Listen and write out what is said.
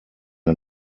der